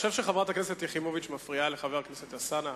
אני חושב שחברת הכנסת יחימוביץ מפריעה לחבר הכנסת אלסאנע.